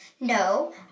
No